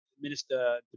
Minister